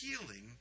healing